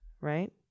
right